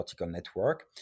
network